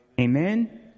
amen